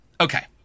Okay